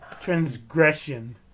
transgression